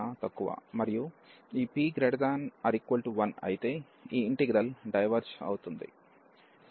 మరియు ఈ p≥1 అయితే ఈ ఇంటిగ్రల్ డైవెర్జ్ అవుతుంది